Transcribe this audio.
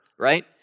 right